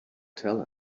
tell